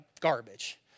garbage